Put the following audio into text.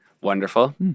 Wonderful